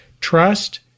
trust